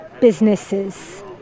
businesses